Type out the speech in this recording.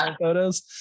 photos